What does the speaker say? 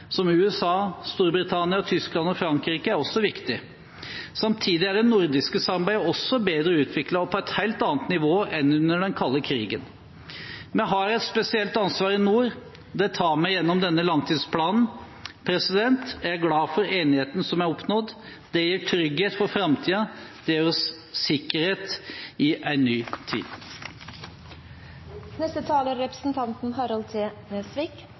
som USA, Storbritannia, Tyskland og Frankrike, er også viktig. Samtidig er det nordiske samarbeidet også bedre utviklet og på et helt annet nivå enn under den kalde krigen. Vi har et spesielt ansvar i nord. Det tar vi gjennom denne langtidsplanen. Jeg er glad for enigheten som er oppnådd. Det gir trygghet for framtiden. Det gir oss sikkerhet i en ny